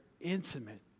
intimate